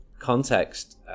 Context